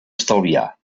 estalviar